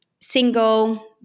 single